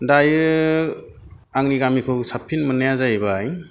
दायो आंनि गामिखौ साबसिन मोननाया जाहैबाय